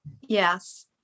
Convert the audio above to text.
Yes